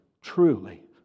truly